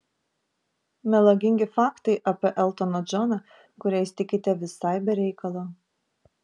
melagingi faktai apie eltoną džoną kuriais tikite visai be reikalo